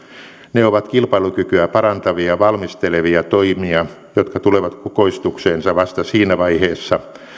ne ovat kilpailukykyä parantavia valmistelevia toimia jotka tulevat kukoistukseensa vasta siinä vaiheessa